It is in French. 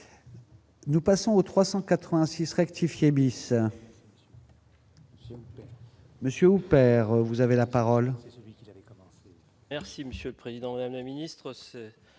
Nous passons au 386 rectifier bis. Monsieur, vous avez la parole. Merci monsieur le président, ministre